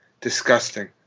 Disgusting